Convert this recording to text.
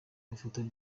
ifoto